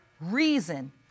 reason